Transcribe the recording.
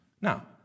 Now